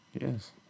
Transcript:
Yes